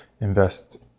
invest